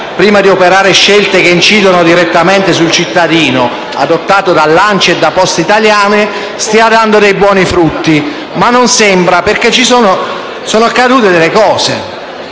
prima di operare scelte che incidono direttamente sul cittadino, adottato dall'ANCI e da Poste italiane stia dando buoni frutti, ma non sembrerebbe, perché sono accadute delle cose.